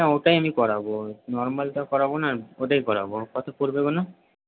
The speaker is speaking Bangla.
হ্যাঁ ওটাই আমি করাবো নর্মালটা করাব না ওইটাই করাবো কত পড়বে বলো